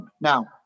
Now